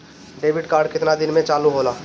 Debit card केतना दिन में चालु होला?